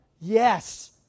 Yes